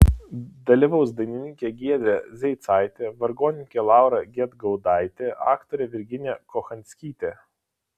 dalyvaus dainininkė giedrė zeicaitė vargonininkė laura gedgaudaitė aktorė virginija kochanskytė